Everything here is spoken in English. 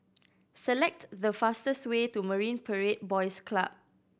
select the fastest way to Marine Parade Boys Club